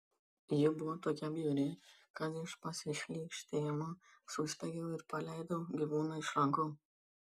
ji buvo tokia bjauri kad iš pasišlykštėjimo suspiegiau ir paleidau gyvūną iš rankų